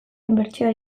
inbertsioa